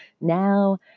now